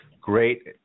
Great